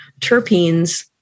terpenes